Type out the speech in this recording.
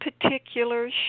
particular